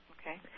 Okay